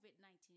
COVID-19